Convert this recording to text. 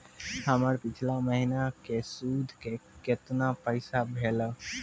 हमर पिछला महीने के सुध के केतना पैसा भेलौ?